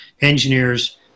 engineers